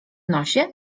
nosie